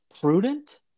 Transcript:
prudent